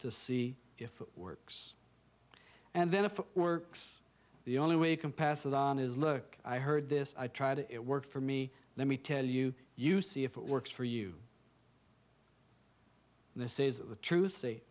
to see if it works and then if it works the only way you can pass it on is look i heard this i tried it work for me let me tell you you see if it works for you and this is the truth